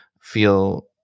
feel